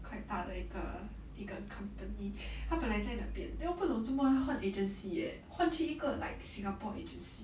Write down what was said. quite 大的一个一个 company 他本来在那边 then 我不懂怎么他换 agency eh 换去一个 like singapore agency